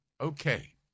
Okay